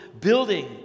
Building